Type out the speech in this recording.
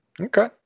Okay